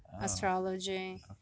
astrology